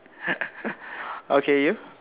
okay you